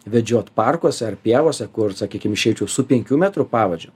vedžiot parkuose ar pievose kur sakykim išeičiau su penkių metrų pavadžiu